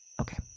Okay